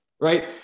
Right